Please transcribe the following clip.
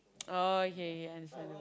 oh okay okay understandable